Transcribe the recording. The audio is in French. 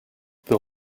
peux